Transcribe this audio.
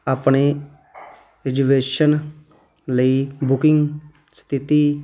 ਆਪਣੀ ਰਿਜ਼ਵੇਸ਼ਨ ਲਈ ਬੁਕਿੰਗ ਸਥਿਤੀ